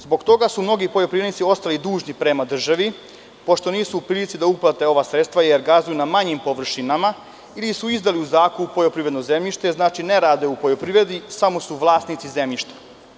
Zbog toga su mnogi poljoprivrednici ostali dužni prema državi, pošto nisu u prilici da uplate ova sredstva, jer gazduju na manjim površinama ili su izdali u zakup poljoprivredno zemljište, znači, ne rade u poljoprivredi, samo su vlasnici zemljišta.